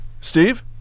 Steve